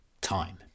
time